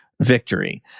Victory